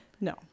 No